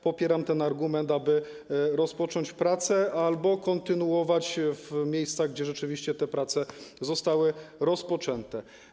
Popieram ten argument, aby rozpocząć prace albo kontynuować to w miejscach, gdzie rzeczywiście te prace zostały rozpoczęte.